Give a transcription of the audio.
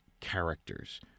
characters